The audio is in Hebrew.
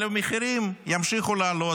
אבל המחירים ימשיכו לעלות,